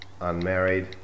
unmarried